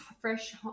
fresh